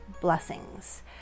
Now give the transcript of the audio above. blessings